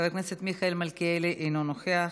חבר הכנסת מיכאל מלכיאלי, אינו נוכח,